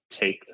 take